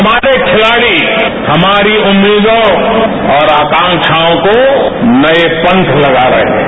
हमारे खिलाड़ी हमारी उम्मीदों और आकांक्षाओं को नए पंख लगा रहे हैं